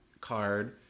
card